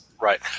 Right